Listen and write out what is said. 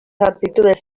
aptitudes